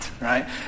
right